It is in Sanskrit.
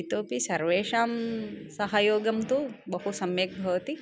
इतोऽपि सर्वेषां सहयोगं तु बहु सम्यक् भवति